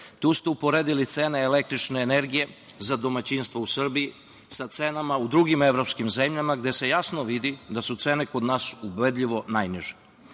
Tu ste uporedili cene električne energije za domaćinstva u Srbiji sa cenama u drugim evropskim zemljama gde se jasno vidi da su cene kod nas ubedljivo najniže. Obzirom